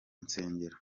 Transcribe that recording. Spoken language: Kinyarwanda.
nsengero